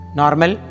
normal